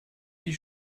die